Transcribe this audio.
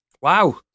Wow